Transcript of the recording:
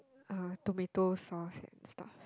uh tomato sauce and stuff